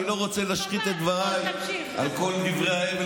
אני לא רוצה להשחית את דבריי על כל דברי ההבל